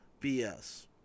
BS